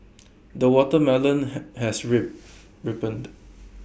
the watermelon has re ripened